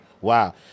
Wow